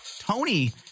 Tony